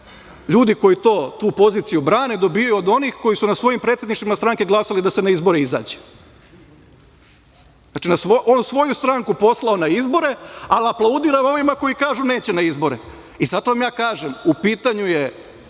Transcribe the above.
ljudi koji tu poziciju brane dobijaju od onih koji su na svojim predsedništvima stranke glasali da se na izbore izađe. Znači, on svoju stranku poslao na izbore, a aplaudira ovima koji kažu, neće na izbore. Zato vam kažem, u pitanju je